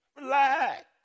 Relax